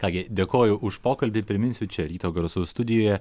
ką gi dėkoju už pokalbį priminsiu čia ryto garsų studijoje